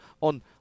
on